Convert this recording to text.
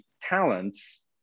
talents